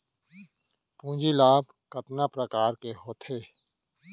पूंजी लाभ कतना प्रकार के होथे?